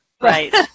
Right